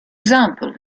example